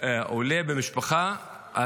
עולה במשפחה,